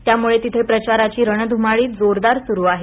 त्यामुळे तिथे प्रचाराची रणध्माळी जोरदार सुरू आहे